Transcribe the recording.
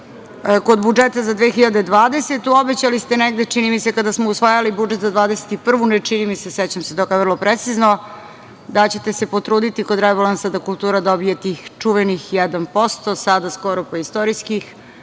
kod budžeta za 2020. godinu, obećali ste negde, čini mi se, kada smo usvajali budžet za 2021. godinu, ne čini mi se, sećam se toga vrlo precizno, da ćete se potruditi kod rebalansa da kultura dobije tih čuvenih 1%, sada skoro pa istorijskih,